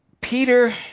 Peter